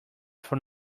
from